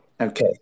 Okay